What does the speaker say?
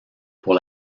pour